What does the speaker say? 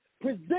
present